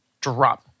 drop